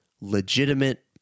legitimate